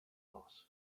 boss